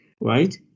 right